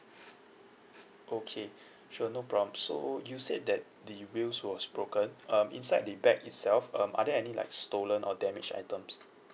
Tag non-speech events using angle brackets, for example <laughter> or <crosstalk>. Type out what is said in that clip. <noise> okay sure no problem so you said that the wheels was broken um inside the bag itself um are there any like stolen or damaged items